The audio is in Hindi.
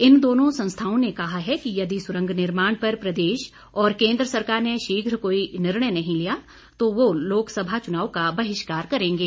इन दोनों संस्थाओ ने कहा है कि यदि सुरंग निमार्ण पर प्रदेश और केंद्र सरकार ने शीघ्र कोई निर्णय नहीं लिया तो वह लोकभा चुनाव का बहिष्कार करेंगे